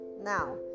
Now